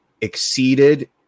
exceeded